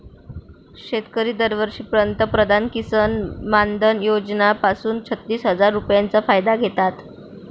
शेतकरी दरवर्षी पंतप्रधान किसन मानधन योजना पासून छत्तीस हजार रुपयांचा फायदा घेतात